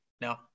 no